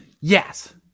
Yes